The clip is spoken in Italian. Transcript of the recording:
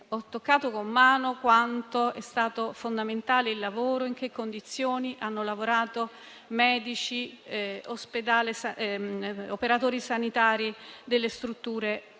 ho toccato con mano quanto sia stato fondamentale il lavoro svolto e le condizioni in cui hanno lavorato medici e operatori sanitari delle strutture